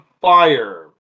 Fire